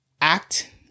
act